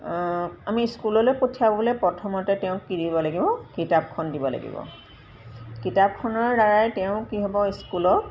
আমি স্কুললৈ পঠিয়াবলৈ প্ৰথমতে তেওঁক কি দিব লাগিব কিতাপখন দিব লাগিব কিতাপখনৰ দ্বাৰাই তেওঁ কি হ'ব স্কুলত